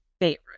favorite